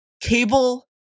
Cable